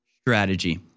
strategy